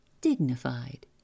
dignified